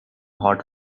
hot